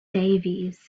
davis